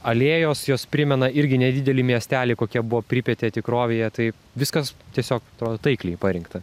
alėjos jos primena irgi nedidelį miestelį kokia buvo pripetė tikrovėje tai viskas tiesiog atrodo taikliai parinkta